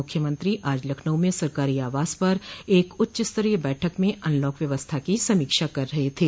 मुख्यमंत्री आज लखनऊ में सरकारी आवास पर एक उच्चस्तरीय बैठक में अनलॉक व्यवस्था की समीक्षा कर रहे थे